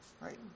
Right